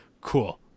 Cool